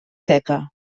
seca